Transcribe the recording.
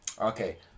Okay